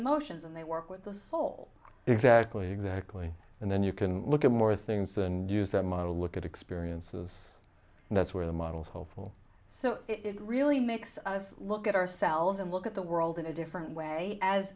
emotions and they work with the soul exactly exactly and then you can look at more things and use that model look at experiences and that's where the models hopeful so it really makes us look at ourselves and look at the world in a different way as